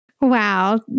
Wow